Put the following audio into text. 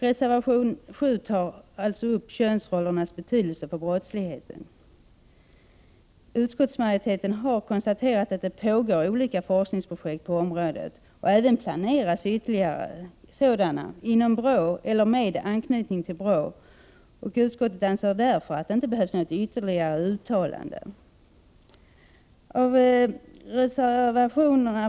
Reservation 7 tar alltså upp könsrollernas betydelse för brottsligheten. Utskottsmajoriteten har konstaterat att det pågår olika forskningsprojekt på området och att även ytterligare sådana planeras inom BRÅ eller med anknytning till BRÅ. Utskottet anser därför att det inte behövs några ytterligare uttalanden.